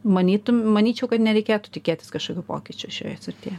manytum manyčiau kad nereikėtų tikėtis kažkokių pokyčių šioje srityje